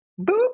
Boop